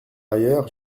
ailleurs